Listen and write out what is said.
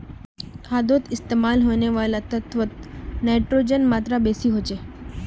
खादोत इस्तेमाल होने वाला तत्वोत नाइट्रोजनेर मात्रा बेसी होचे